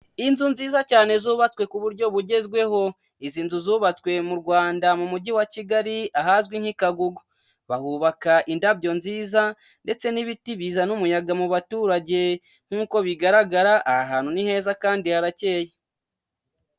Inzu nziza cyane zubatswe ku buryo bugezweho, izi nzu zubatswe mu Rwanda mu Mujyi wa Kigali, ahazwi nk'i Kagugu, bahubaka indabyo nziza ndetse n'ibiti bizana umuyaga mu baturage, nkuko bigaragara aha hantu ni heza kandi harakeye.